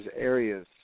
areas